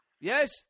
Yes